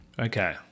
Okay